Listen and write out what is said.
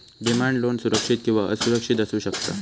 demand loan सुरक्षित किंवा असुरक्षित असू शकता